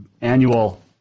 annual